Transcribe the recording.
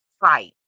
fight